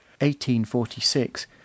1846